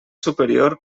superior